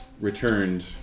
returned